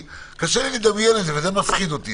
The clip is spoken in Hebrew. קשה לי לדמיין את זה וזה מפחיד אותי.